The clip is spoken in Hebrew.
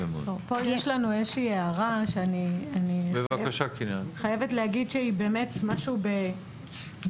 פה יש לנו איזושהי הערה שאני חייבת להגיד שהיא באמת משהו ב"בישול",